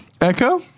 Echo